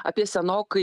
apie senokai